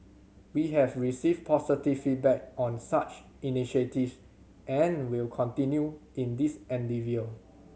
we have received positive feedback on such initiative and will continue in this endeavour